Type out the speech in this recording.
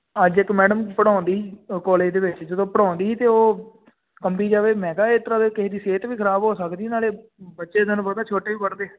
ਅੱਜ ਇੱਕ ਮੈਡਮ ਪੜ੍ਹਾਉਂਦੀ ਕੋਲੇਜ ਦੇ ਵਿੱਚ ਜਦੋਂ ਉਹ ਪੜ੍ਹਾਉਂਦੀ ਅਤੇ ਉਹ ਕੰਬੀ ਜਾਵੇ ਮੈਂ ਕਿਹਾ ਇਸ ਤਰ੍ਹਾਂ ਕਿਸੇ ਦੀ ਸਿਹਤ ਵੀ ਖ਼ਰਾਬ ਹੋ ਸਕਦੀ ਨਾਲੇ ਬੱਚੇ ਤੁਹਾਨੂੰ ਪਤਾ ਛੋਟੇ ਵੀ ਪੜ੍ਹਦੇ